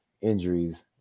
injuries